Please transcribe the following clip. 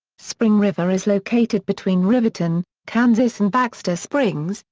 spring river is located between riverton, kansas and baxter springs,